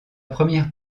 première